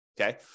Okay